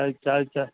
अछा अछा